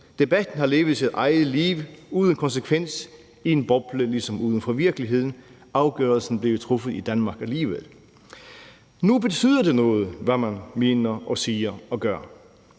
Debatten har levet sit eget liv uden konsekvens i en boble ligesom udenfor virkeligheden – afgørelsen blev jo truffet i Danmark alligevel. Nu betyder det noget, hvad man mener og siger og gør,